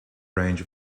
range